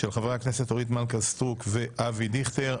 של חברי הכנסת אורית מלכה סטרוק ואבי דיכטר.